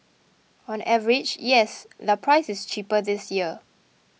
on average yes the price is cheaper this year